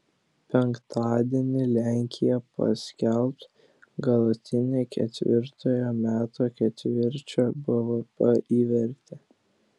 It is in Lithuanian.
penktadienį lenkija paskelbs galutinį ketvirtojo metų ketvirčio bvp įvertį